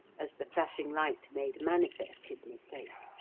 as the flashing light made manifest his mistake.